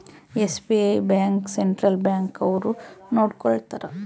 SBI bank central bank ಅವ್ರು ನೊಡ್ಕೋತರ